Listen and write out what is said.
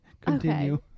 continue